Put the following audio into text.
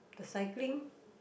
the cycling